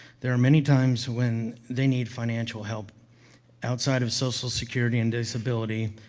there are many times when they need financial help outside of social security and disability,